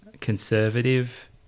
conservative